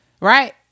Right